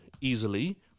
easily